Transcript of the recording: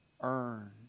earned